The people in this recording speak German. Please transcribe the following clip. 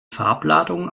farbladung